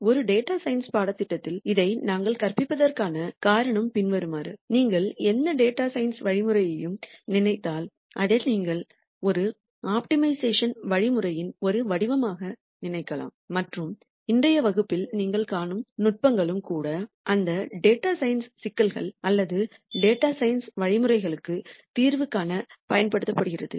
ஒரு data science பாடத்திட்டத்தில் இதை நாங்கள் கற்பிப்பதற்கான காரணம் பின்வருமாறு நீங்கள் எந்த டேட்டா சயின்ஸ் வழிமுறையையும் நினைத்தால் அதை நீங்கள் ஒரு ஆப்டிமைசேஷன் வழிமுறையின் ஒரு வடிவமாக நினைக்கலாம் மற்றும் இன்றைய வகுப்பில் நீங்கள் காணும் நுட்பங்களும் கூட அந்த டேட்டா சயின்ஸ் சிக்கல்கள் அல்லது டேட்டா சயின்ஸ் வழிமுறைகளுக்கு தீர்வு காண பயன்படுத்தப்படுகிறது